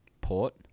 Port